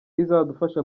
izadufasha